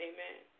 Amen